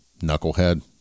knucklehead